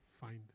find